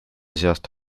seast